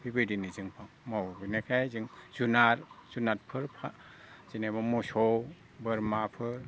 बेबायदिनो जों मावो बेनिखाय जों जुनार जुनारफोरखौ जेनेबा मोसौ बोरमाफोर